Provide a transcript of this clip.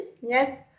yes